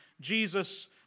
Jesus